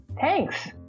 Thanks